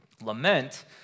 Lament